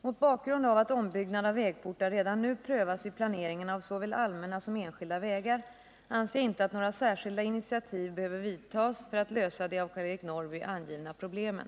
Mot bakgrund av att ombyggnad av vägportar redan nu prövas vid planeringen av såväl allmänna som enskilda vägar anser jag inte att några särskilda initiativ behöver vidtas för att lösa de av Karl-Eric Norrby angivna problemen.